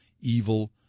evil